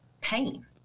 pain